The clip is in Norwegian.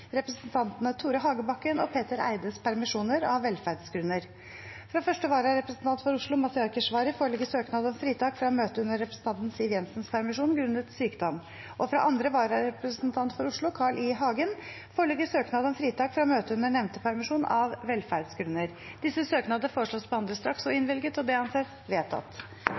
representantene Tore Hagebakken og Petter Eides permisjoner, av velferdsgrunner. Fra første vararepresentant for Oslo, Mazyar Keshvari , foreligger søknad om fritak fra å møte under representanten Siv Jensens permisjon, grunnet sykdom, og fra andre vararepresentant for Oslo, Carl I. Hagen , foreligger søknad om fritak fra å møte under nevnte permisjon, av velferdsgrunner. Etter forslag fra presidenten ble enstemmig besluttet: Søknadene behandles straks og